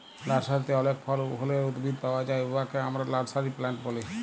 লার্সারিতে অলেক ফল ফুলের উদ্ভিদ পাউয়া যায় উয়াকে আমরা লার্সারি প্লান্ট ব্যলি